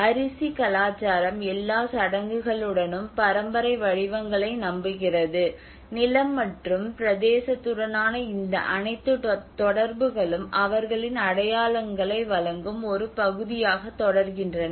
அரிசி கலாச்சாரம் எல்லா சடங்குகளுடனும் பரம்பரை வடிவங்களை நம்புகிறது நிலம் மற்றும் பிரதேசத்துடனான இந்த அனைத்து தொடர்புகளும் அவர்களின் அடையாளங்களை வழங்கும் ஒரு பகுதியாகத் தொடர்கின்றன